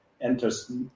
enters